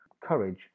Courage